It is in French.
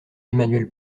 emmanuel